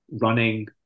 running